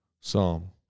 Psalm